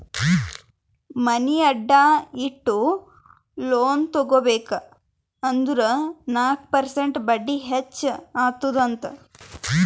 ಮನಿ ಅಡಾ ಇಟ್ಟು ಲೋನ್ ತಗೋಬೇಕ್ ಅಂದುರ್ ನಾಕ್ ಪರ್ಸೆಂಟ್ ಬಡ್ಡಿ ಹೆಚ್ಚ ಅತ್ತುದ್ ಅಂತ್